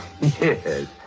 Yes